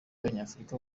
abanyafurika